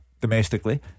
Domestically